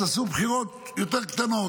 אז עשו בחירות יותר קטנות.